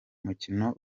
mukino